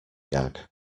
gag